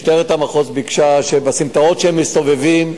משטרת המחוז ביקשה שבסמטאות שהם מסתובבים,